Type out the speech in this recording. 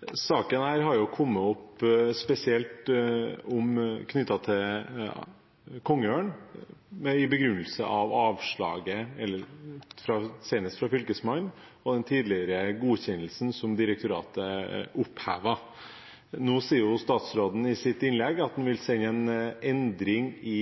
har kommet opp på grunn av avslaget senest fra Fylkesmannen og den tidligere godkjennelsen som direktoratet opphevet. Nå sier statsråden i sitt innlegg at han vil sende et forslag til endring i